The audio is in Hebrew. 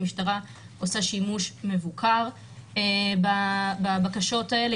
המשטרה עושה שימוש מבוקר בבקשות האלה.